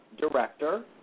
director